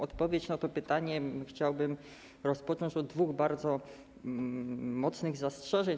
Odpowiedź na to pytanie chciałbym rozpocząć od dwóch bardzo mocnych zastrzeżeń.